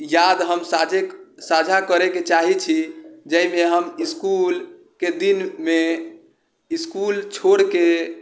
याद हम साझा करैके चाहै छी जाहिमे हम इसकुलके दिनमे इसकुल छोड़िके